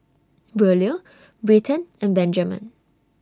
Braulio Britton and Benjamen